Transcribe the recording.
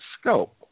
scope